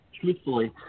truthfully